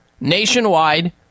nationwide